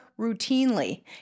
routinely